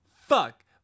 fuck